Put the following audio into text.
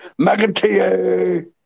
McIntyre